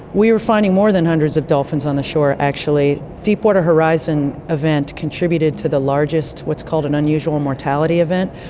we were finding more than hundreds of dolphins on the shore actually. the deepwater horizon event contributed to the largest what's called an unusual mortality event.